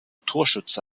torschütze